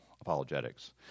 apologetics